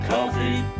Coffee